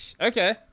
Okay